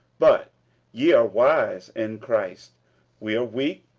but ye are wise in christ we are weak,